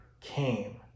came